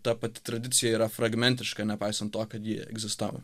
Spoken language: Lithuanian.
ta pati tradicija yra fragmentiška nepaisant to kad ji egzistavo